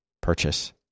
purchase